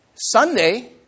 Sunday